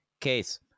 Case